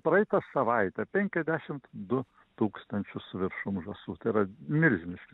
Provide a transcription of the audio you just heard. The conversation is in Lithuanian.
praeitą savaitę penkiasdešimt du tūkstančius su viršum žąsų tai yra milžiniški